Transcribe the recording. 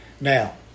Now